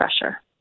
pressure